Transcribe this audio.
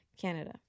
Canada